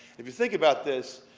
if you think about this,